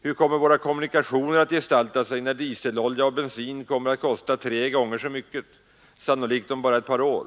Hur kommer våra kommunikationer att gestalta sig när dieselolja och bensin kommer att kosta tre gånger så mycket — sannolikt om bara ett par år?